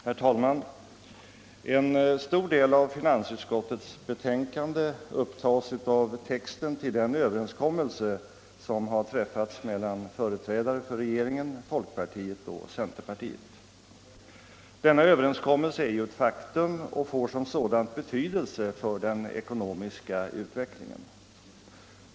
Herr talman! En stor del av finansutskottets betänkande upptas av texten till den överenskommelse som träffats mellan företrädare för regeringen, folkpartiet och centerpartiet. Denna överenskommelse är ju ett faktum och får som sådan betydelse för den ekonomiska utvecklingen.